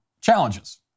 challenges